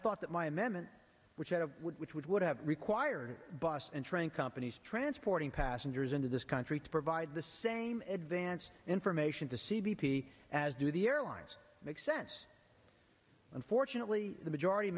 thought that my amendment which would which would would have required bus and train companies transporting passengers into this country to provide the same advanced information to c b p as do the airlines make sense unfortunately the majority